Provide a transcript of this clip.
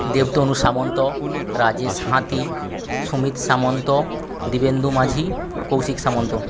Debtanu Samanta Rajesh Hati Sumit Samanta Dibyendu Majhi Kaushik Samanta